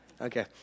Okay